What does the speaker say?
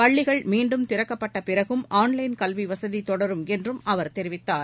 பள்ளிகள் மீண்டும் திறக்கப்பட்ட பிறகும் ஆன் லைன் கல்வி வசதி தொடரும் என்றும் அவர் தெரிவித்தார்